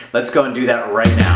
let's go and do that right